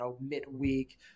midweek